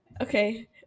okay